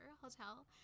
Hotel